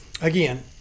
again